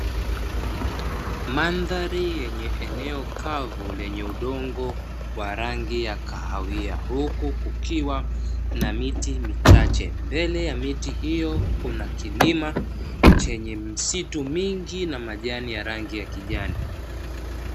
Mandhari yenye eneo kavu lenye udongo wa rangi ya kahawia, huku kukiwa na miti michache, mbele ya miti hiyo kuna kilima chenye misitu mingi na majani ya rangi ya kijani.